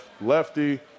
lefty